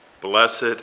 blessed